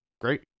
Great